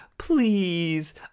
Please